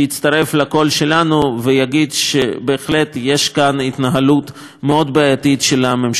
שלנו ויגיד שבהחלט יש כאן התנהלות בעייתית מאוד של הממשל האמריקני.